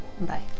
bye